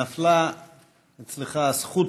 נפלה בידך הזכות